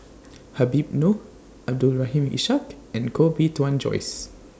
Habib Noh Abdul Rahim Ishak and Koh Bee Tuan Joyce